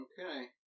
Okay